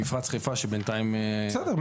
--- מפרץ חיפה שבנתיים --- בסדר,